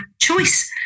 choice